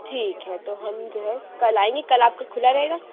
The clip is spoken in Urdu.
ٹھیک ہے تو ہم جو ہے کل آئیں گے کل آپ کا کُھلا رہے گا